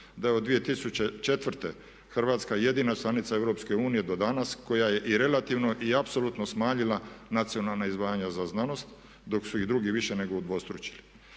da je od 2004. Hrvatska jedina članica EU do danas koja je i relativno i apsolutno smanjila nacionalna izdvajanja za znanost dok su ih drugi više nego udvostručili.